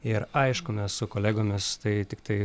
ir aišku mes su kolegomis tai tiktai